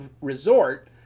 resort